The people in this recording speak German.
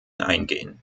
eingehen